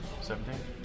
Seventeen